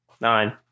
nine